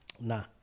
Nah